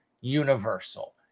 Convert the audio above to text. universal